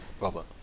Robert